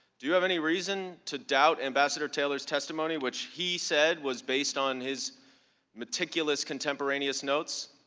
do you have any reason to doubt ambassador taylors testimony which he said was based on his meticulous, contemporaneous notes?